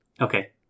okay